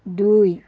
দুই